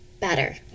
better